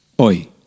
oi